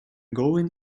going